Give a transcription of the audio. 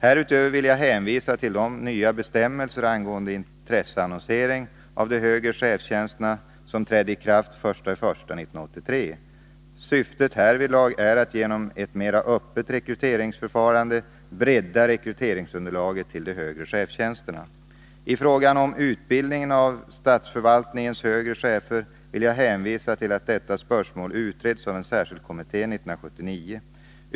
Härutöver vill jag hänvisa till de nya bestämmelser angående intresseannonsering av de högre chefstjänsterna som trädde i kraft den 1 januari 1983. Syftet härvidlag är att genom ett mera öppet rekryteringsförfarande bredda rekryteringsunderlaget till de högre chefstjänsterna. I fråga om utbildningen av statsförvaltningens högre chefer vill jag hänvisa till att detta spörsmål utreddes av en särskild kommitté 1979.